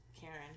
Karen